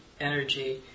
energy